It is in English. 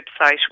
website